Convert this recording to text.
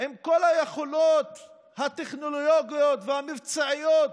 עם כל היכולות הטכנולוגיות והמבצעיות,